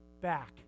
back